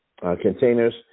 containers